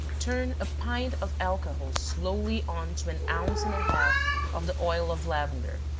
turn a pint of alcohol slowly on to an ounce and a half of the oil of lavender,